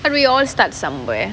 we all start somewhere